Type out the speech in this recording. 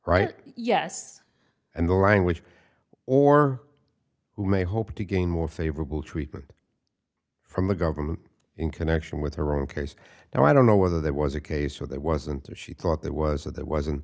right yes and the language or who may hope to gain more favorable treatment from the government in connection with her own case now i don't know whether there was a case where there wasn't a she thought there was that there wasn't